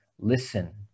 Listen